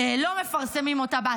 לא מפרסמים אותה באתר,